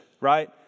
right